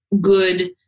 good